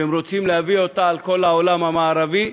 שהם רוצים אותה לכל העולם המערבי?